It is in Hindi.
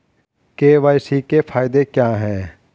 के.वाई.सी के फायदे क्या है?